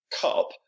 cup